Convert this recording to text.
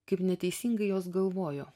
kaip neteisingai jos galvojo